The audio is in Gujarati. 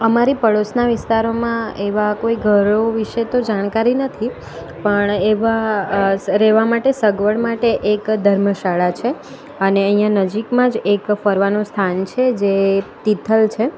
અમારી પાડોશના વિસ્તારોમાં એવા કોઈ ઘરો વિશે તો જાણકારી નથી પણ એવા રહેવા માટે સગવડ માટે એક ધર્મશાળા છે અને અહીંયા નજીકમાં જ એક ફરવાનું સ્થાન છે જે તિથલ છે